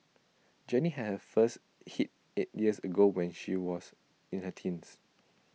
Jenny had her first hit eight years ago when she was in her teens